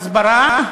הסברה,